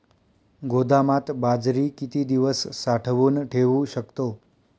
गोदामात बाजरी किती दिवस साठवून ठेवू शकतो?